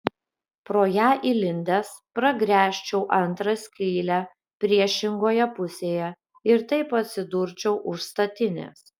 pro ją įlindęs pragręžčiau antrą skylę priešingoje pusėje ir taip atsidurčiau už statinės